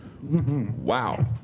Wow